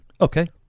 Okay